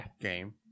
game